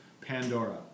Pandora